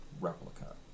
replica